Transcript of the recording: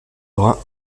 brun